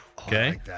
Okay